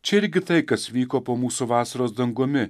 čia irgi tai kas vyko po mūsų vasaros dangumi